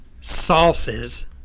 sauces